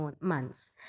months